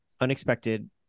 unexpected